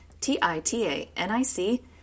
T-I-T-A-N-I-C